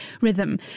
rhythm